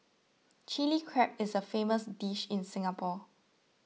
Chilli Crab is a famous dish in Singapore